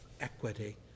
equity